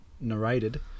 narrated